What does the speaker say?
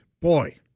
boy